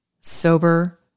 sober